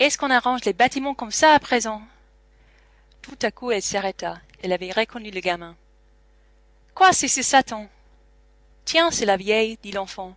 est-ce qu'on arrange les bâtiments comme ça à présent tout à coup elle s'arrêta elle avait reconnu le gamin quoi c'est ce satan tiens c'est la vieille dit l'enfant